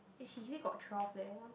eh she say got twelve leh